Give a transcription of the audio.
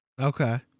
Okay